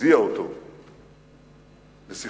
הוא ארגן כל מיני חרמות, והוא סירב להיכנס לשיחות.